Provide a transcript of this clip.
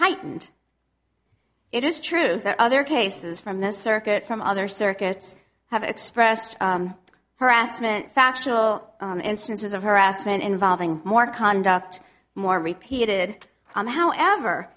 heightened it is true that other cases from the circuit from other circuits have expressed harassment factional instances of harassment involving more conduct more repeated on however